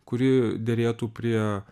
kuri derėtų prie